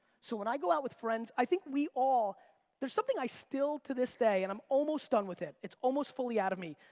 so when i go out with friends, i think we all there's something i still, to this day, and i'm almost done with it, it's almost fully out of me.